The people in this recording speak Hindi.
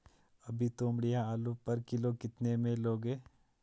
अभी तोमड़िया आलू पर किलो कितने में लोगे?